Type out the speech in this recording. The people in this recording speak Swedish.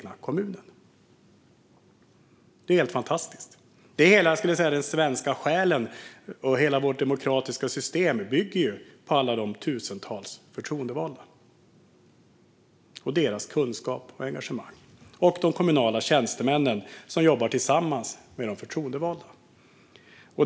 Det är helt fantastiskt. Det är den svenska demokratins själ, och hela vårt demokratiska system bygger på alla dessa tusentals förtroendevalda och deras kunskap och engagemang - plus de kommunala tjänstemännen som jobbar tillsammans med dem. Fru talman!